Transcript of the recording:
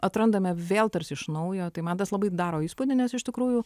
atrandame vėl tarsi iš naujo tai man tas labai daro įspūdį nes iš tikrųjų